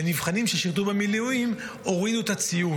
לנבחנים ששירתו במילואים הורידו את הציון,